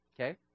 okay